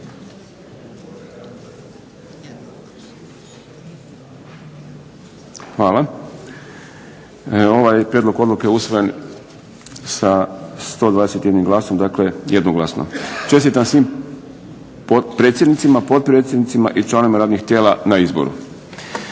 Hvala. Ovaj prijedlog odluke usvojen je sa 121 glasom dakle jednoglasno. Čestitam svim predsjednicima, potpredsjednicima i članovima radnih tijela na izboru.